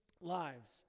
lives